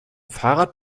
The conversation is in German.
fahrrad